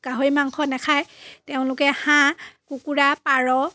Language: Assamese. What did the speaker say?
গাহৰি মাংস নাখায় তেওঁলোকে হাঁঁহ কুকুৰা পাৰ